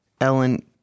Ellen